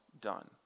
done